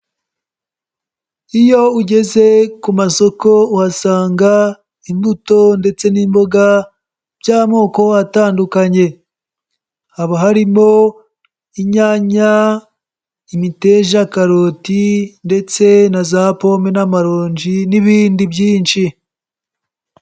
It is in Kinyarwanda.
Iyo ugeze ku masoko uhasanga imbuto ndetse n'imboga by'amoko atandukanye. Haba harimo inyanya, imiteja, karoti ndetse na za pome n'amaronji n'ibindi byinshi.